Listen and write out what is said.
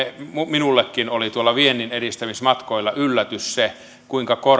minullekin oli tuolla vienninedistämismatkoilla yllätys se kuinka